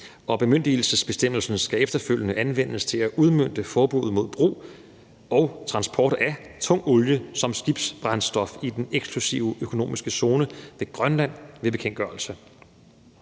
Bemyndigelsesbestemmelsen skal efterfølgende anvendes til at udmønte forbuddet mod brug og transport af tung olie som skibsbrændstof i den eksklusive økonomiske zone ved Grønland ved bekendtgørelse.